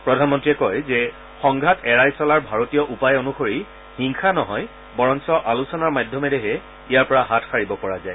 প্ৰধানমন্ত্ৰীয়ে কয় যে সংঘাত এৰাই চলাৰ ভাৰতীয় উপায় অনুসৰি হিংসা নহয় বৰং আলোচনাৰ মাধ্যমেৰেহে ইয়াৰ পৰা হাত সাৰিব পৰা যায়